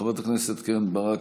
חברת הכנסת קרן ברק,